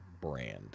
brand